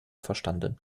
verstanden